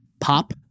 pop